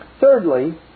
Thirdly